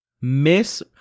Miss